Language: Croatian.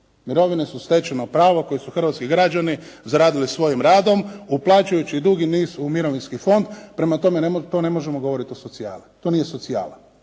Mirovine su stečeno pravo koje su hrvatski građani zaradili svojim radom uplaćujući dugi niz u Mirovinski fond. Prema, tome to ne možemo govoriti o socijali. To nije socijala.